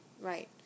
right